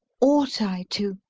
ought i to?